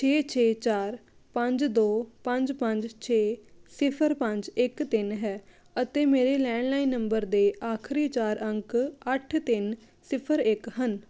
ਛੇ ਛੇ ਚਾਰ ਪੰਜ ਦੋ ਪੰਜ ਪੰਜ ਛੇ ਸਿਫਰ ਪੰਜ ਇੱਕ ਤਿੰਨ ਹੈ ਅਤੇ ਮੇਰੇ ਲੈਂਡਲਾਈਨ ਨੰਬਰ ਦੇ ਆਖਰੀ ਚਾਰ ਅੰਕ ਅੱਠ ਤਿੰਨ ਸਿਫਰ ਇੱਕ ਹਨ